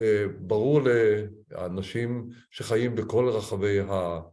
ברור לאנשים שחיים בכל רחבי ה...